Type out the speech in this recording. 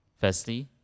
Firstly